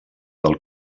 del